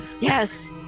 Yes